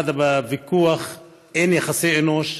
בוויכוח אין יחסי אנוש,